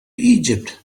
egypt